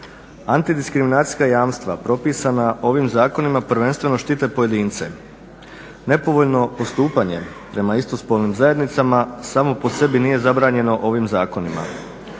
Antidiskriminacijska jamstva propisana ovim zakonima prvenstveno štite pojedince. Nepovoljno postupanje prema istospolnim zajednicama samo po sebi nije zabranjeno ovim zakonima.